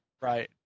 right